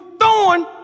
thorn